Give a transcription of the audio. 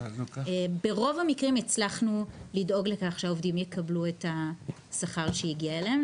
ברוב המקרים הצלחנו לדאוג לכך שהעובדים יקבלו את השכר שהגיע להם,